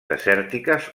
desèrtiques